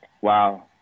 Wow